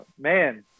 Man